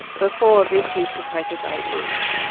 before this used to take us eight months.